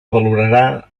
valorarà